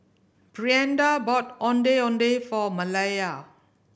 Brianda bought Ondeh Ondeh for Malaya